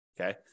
okay